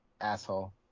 Asshole